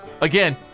again